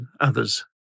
others